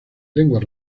lenguas